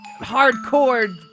hardcore